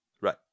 right